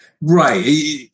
Right